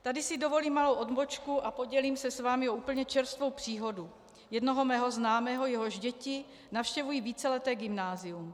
Tady si dovolím malou odbočku a podělím s vámi o úplně čerstvou příhodu jednoho mého známého, jehož děti navštěvují víceleté gymnázium.